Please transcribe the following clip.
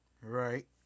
Right